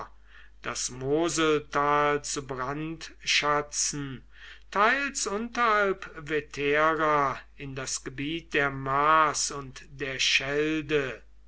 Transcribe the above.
das moseltal zu brandschatzen teils unterhalb vetera in das gebiet der maas und der schelde